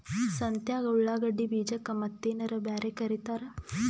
ಸಂತ್ಯಾಗ ಉಳ್ಳಾಗಡ್ಡಿ ಬೀಜಕ್ಕ ಮತ್ತೇನರ ಬ್ಯಾರೆ ಕರಿತಾರ?